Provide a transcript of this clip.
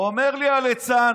אומר לי הליצן: